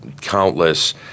countless